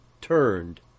turned